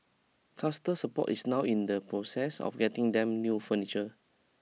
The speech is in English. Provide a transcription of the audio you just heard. Cluster Support is now in the process of getting them new furniture